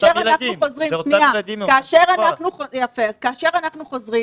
אין מצב שב-1 לנובמבר הילדים שלנו לא חוזרים